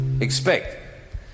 expect